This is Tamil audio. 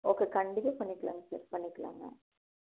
ஓகே கண்டிப்பாக பண்ணிக்கலாங்க சார் பண்ணிக்கலாங்க